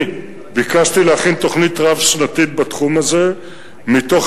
אני ביקשתי להכין תוכנית רב-שנתית בתחום הזה מתוך